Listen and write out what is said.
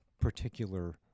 particular